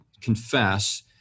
confess